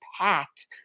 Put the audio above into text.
packed